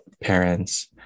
parents